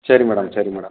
சரி மேடம் சரி மேடம்